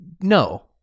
No